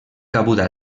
cabuda